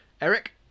Eric